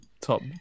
top